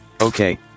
Okay